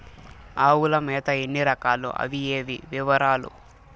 ఆవుల మేత ఎన్ని రకాలు? అవి ఏవి? వివరాలు?